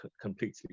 completely